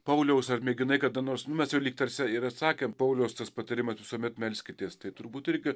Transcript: pauliaus ar mėginai kada nors mes jau lyg tarsi ir atsakėm pauliaus tas patarimas visuomet melskitės tai turbūt irgi